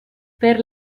per